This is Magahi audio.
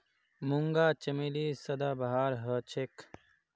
मूंगा चमेली सदाबहार हछेक